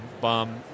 bomb